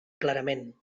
clarament